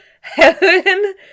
heaven